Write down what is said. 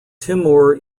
timur